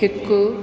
हिकु